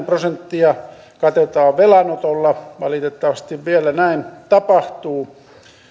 prosenttia katetaan velanotolla valitettavasti vielä näin tapahtuu